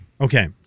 Okay